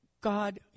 God